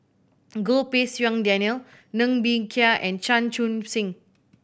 Goh Pei Siong Daniel Ng Bee Kia and Chan Chun Sing